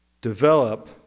develop